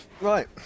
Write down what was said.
Right